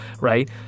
right